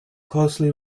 closely